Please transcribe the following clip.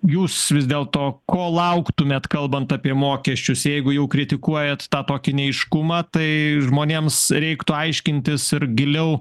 jūs vis dėlto ko lauktumėt kalbant apie mokesčius jeigu jau kritikuojat tą tokį neaiškumą tai žmonėms reiktų aiškintis ir giliau